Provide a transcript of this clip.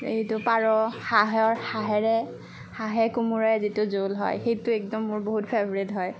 এইটো পাৰ হাঁহৰ হাঁহেৰে হাঁহে কোমোৰাই যিটো জোল হয় সেইটো একদম মোৰ বহুত ফেভৰিট হয়